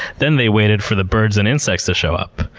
then they waited for the birds and insects to show up.